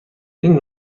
این